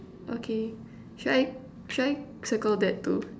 okay should I should I circle that too